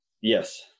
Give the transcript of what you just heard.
Yes